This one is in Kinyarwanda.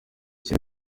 cye